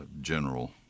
general